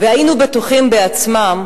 והיו בטוחים בעצמם,